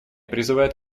призывает